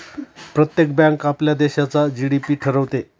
प्रत्येक बँक आपल्या देशाचा जी.डी.पी ठरवते